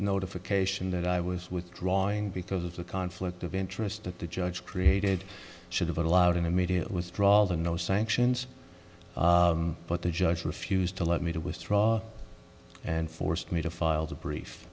notification that i was withdrawing because of the conflict of interest that the judge created should have allowed an immediate withdrawal and no sanctions but the judge refused to let me to withdraw and forced me to filed a brief